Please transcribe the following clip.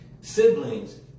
Siblings